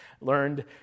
learned